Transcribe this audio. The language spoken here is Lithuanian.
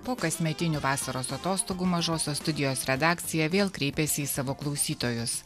po kasmetinių vasaros atostogų mažosios studijos redakcija vėl kreipėsi į savo klausytojus